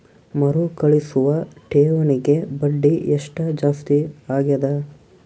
ಮರುಕಳಿಸುವ ಠೇವಣಿಗೆ ಬಡ್ಡಿ ಎಷ್ಟ ಜಾಸ್ತಿ ಆಗೆದ?